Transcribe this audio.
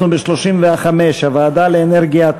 להצביע?